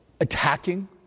attacking